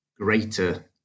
greater